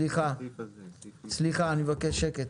סליחה, סליחה, אני מבקש שקט.